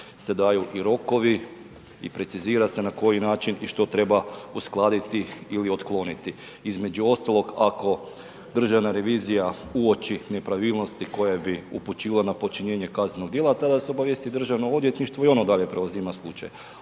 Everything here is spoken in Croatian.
se daju i rokovi i precizira se na koji način i što treba uskladiti ili otkloniti. Između ostalog, ako Državna revizija uoči nepravilnosti koje bi upućivale na počinjenje kaznenog dijela, tada se obavijesti Državno odvjetništvo i ono dalje preuzima slučaj,